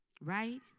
right